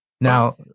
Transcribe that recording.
Now